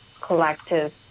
collective